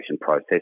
process